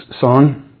song